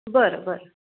बरं बरं